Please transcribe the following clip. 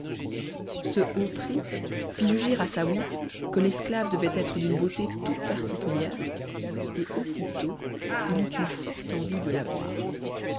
ce haut prix fit juger à saouy que l'esclave devait être d'une beauté toute particulière et aussitôt il eut une forte envie de la voir